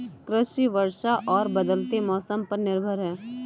कृषि वर्षा और बदलते मौसम पर निर्भर है